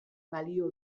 balio